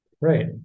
Right